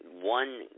one